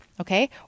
Okay